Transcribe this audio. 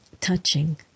touching